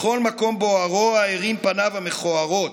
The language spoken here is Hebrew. בכל מקום שבו הרוע הרים את פניו המכוערות,